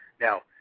Now